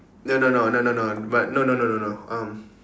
no no no no no no but no no no no no um